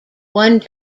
one